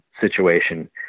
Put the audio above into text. situation